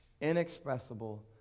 inexpressible